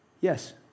yes